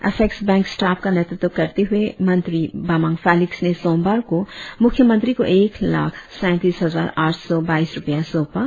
apex bank staff का नेतृत्व करते हुए मंत्री बामंग फेलिक्स ने सोमवार को मुख्यमंत्री को एक लाख सैतीस हजार आठ सौ बाईस रुपया सौंपा